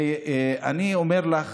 אני אומר לך,